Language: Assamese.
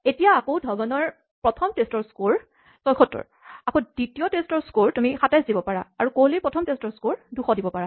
এতিয়া আকৌ গৈ ধৱনৰ প্ৰথম টেষ্টৰ স্ক'ৰ ৭৬ আৰু দ্বিতীয় টেষ্টৰ স্ক'ৰ তুমি ২৭ দিব পাৰা আৰু কোহলিৰ প্ৰথম টেষ্টৰ স্ক'ৰ ২০০ দিব পাৰা